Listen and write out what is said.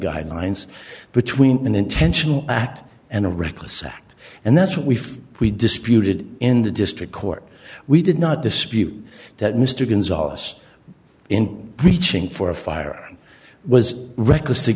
guidelines between an intentional act and a reckless act and that's what we feel we disputed in the district court we did not dispute that mr gonzales in reaching for a fire was recklessly